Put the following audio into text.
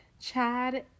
Chad